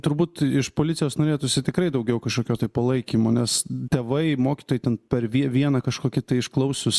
turbūt iš policijos norėtųsi tikrai daugiau kažkokio tai palaikymo nes tėvai mokytojai ten per vie vieną kažkokį išklausius